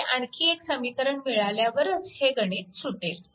ते आणखी एक समीकरण मिळाल्यावरच हे गणित सुटेल